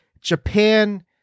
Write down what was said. Japan